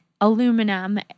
aluminum